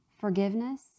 forgiveness